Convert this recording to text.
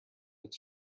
its